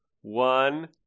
one